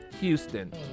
Houston